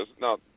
now